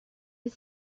est